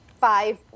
five